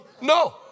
No